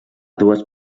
dues